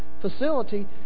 facility